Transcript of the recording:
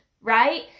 right